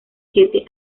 siete